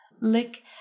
lick